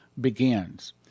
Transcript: begins